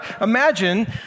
imagine